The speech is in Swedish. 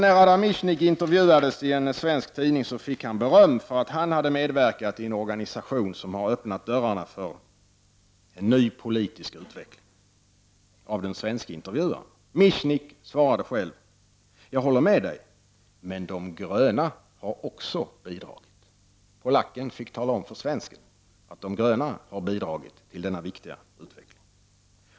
När Adam Michnik intervjuades i en svensk tidning fick han av den svenske intervjuaren beröm för att han hade medverkat i en organisation som öppnat dörrarna för en ny politisk utveckling. Michnik svarade själv: Jag håller med dig, men de gröna har också bidragit. Polacken fick tala om för svensken att de gröna har bidragit till denna viktiga utveckling.